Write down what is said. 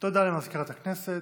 תודה למזכירת הכנסת.